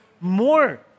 more